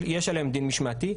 יש עליהם דין משמעתי,